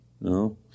no